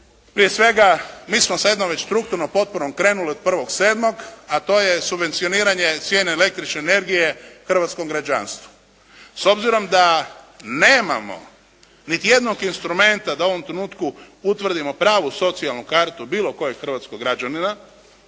prije svega mi smo sa jednom već strukturnom potporom krenuli od 1.7. a to je subvencioniranje cijene električne energije hrvatskom građanstvu. S obzirom da nemamo niti jednog instrumenta da u ovom trenutku utvrdimo pravu socijalnu kartu bilo kojeg hrvatskog građanina